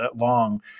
long